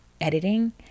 editing